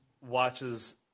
watches